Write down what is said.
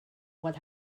what